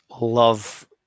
Love